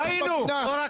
ראינו.